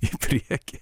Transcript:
į priekį